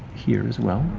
here as well.